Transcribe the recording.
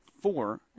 four